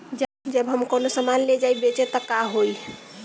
जब हम कौनो सामान ले जाई बेचे त का होही?